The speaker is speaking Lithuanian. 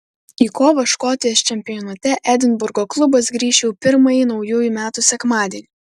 į kovą škotijos čempionate edinburgo klubas grįš jau pirmąjį naujųjų metų sekmadienį